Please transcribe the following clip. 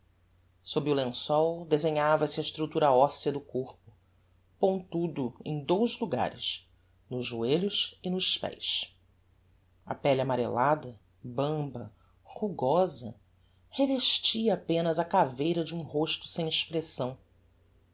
sob o lençol desenhava-se a estructura ossea do corpo pontudo em dous lugares nos joelhos e nos pés a pelle amarellada bamba rugosa revestia apenas a caveira de um rosto sem expressão